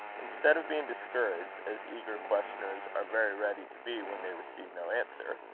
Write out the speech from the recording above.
instead of being discouraged, as eager questioners are very ready to be when they receive no answer,